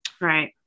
Right